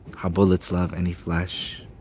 how bullets love any flesh.